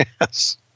Yes